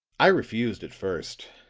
i refused at first